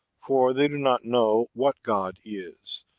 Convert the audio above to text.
for they do not know what god is,